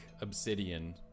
obsidian